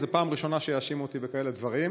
זאת הפעם הראשונה שיאשימו אותי בכאלה דברים.